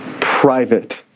private